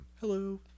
Hello